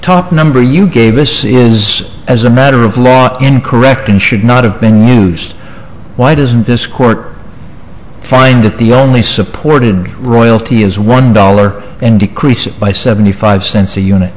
top number you gave us is as a matter of law and correct and should not have been used why doesn't this court find that the only supported royalty is one dollar and decrease it by seventy five cents a unit